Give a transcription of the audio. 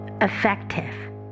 effective